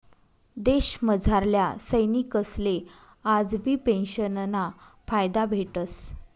देशमझारल्या सैनिकसले आजबी पेंशनना फायदा भेटस